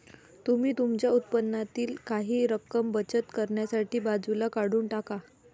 तुम्ही तुमच्या उत्पन्नातील काही रक्कम बचत करण्यासाठी बाजूला काढून टाका